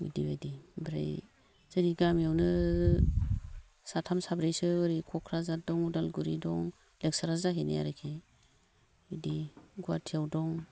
बिदि बायदि ओमफ्राय जोंनि गामियावनो साथाम साब्रैसो ओरै क'क्राजार दं अदालगुरि दं लेक्सारार जाहैनाय आरोखि बिदि गुवाहाथियाव दं